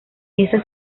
esas